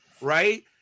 right